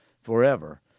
forever